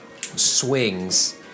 Swings